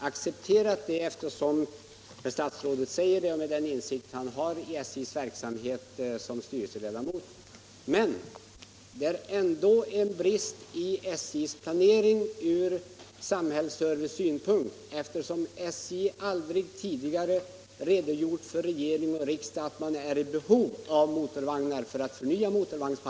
Herr talman! Jag accepterar herr statsrådets förklaring med tanke på den insikt han som tidigare styrelseledamot har i SJ:s verksamhet. Men det brister ändå i SJ:s planering ur samhällsservicesynpunkt, eftersom SJ aldrig tidigare redovisat för regering och riksdag att motorvagnsparken behöver förnyas.